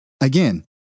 again